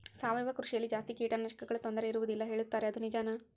ಸಾವಯವ ಕೃಷಿಯಲ್ಲಿ ಜಾಸ್ತಿ ಕೇಟನಾಶಕಗಳ ತೊಂದರೆ ಇರುವದಿಲ್ಲ ಹೇಳುತ್ತಾರೆ ಅದು ನಿಜಾನಾ?